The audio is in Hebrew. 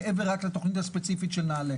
מעבר לתוכנית הספציפית של נעל"ה.